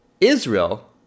Israel